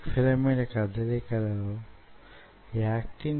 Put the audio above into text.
విభజన తరువాత యీ విధంగా కలుస్తాయి